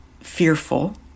fearful